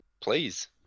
please